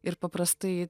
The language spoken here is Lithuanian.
ir paprastai